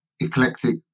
eclectic